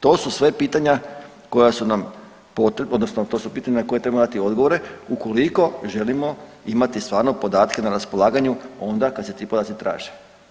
To su sve pitanja koja su nam odnosno to su pitanja na koja treba dati odgovore ukoliko želimo imati stvarno podatke na raspolaganju onda kada se ti podaci traže.